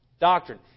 doctrine